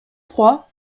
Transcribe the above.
trois